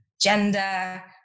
gender